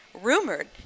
rumored